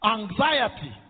Anxiety